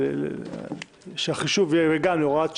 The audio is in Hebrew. שהחישוב יהיה להוראת שעה.